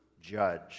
judge